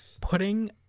putting